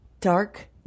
dark